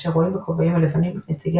אשר רואים בכובעים הלבנים את נציגי